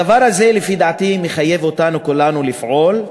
הדבר הזה, לפי דעתי, מחייב אותנו, כולנו, לפעול,